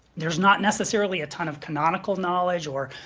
there's not necessarily a ton of canonical knowledge or